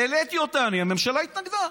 העליתי אותה, הממשלה התנגדה.